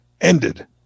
ended